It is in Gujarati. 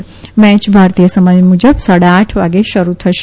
આ મેચ ભારતીય સમય મુજબ સવારે સાડા આઠ વાગે શરૂ થશે